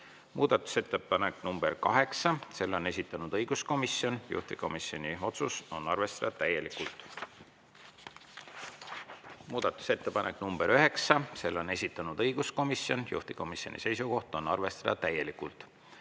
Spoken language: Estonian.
Muudatusettepanek nr 8, selle on esitanud õiguskomisjon, juhtivkomisjoni otsus on arvestada täielikult. Muudatusettepanek nr 9, selle on esitanud õiguskomisjon, juhtivkomisjoni seisukoht on arvestada täielikult.